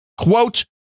quote